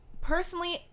personally